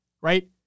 Right